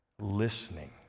listening